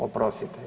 Oprostite.